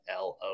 LO